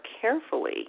carefully